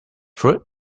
fruit